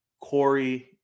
Corey